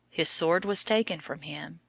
his sword was taken from him.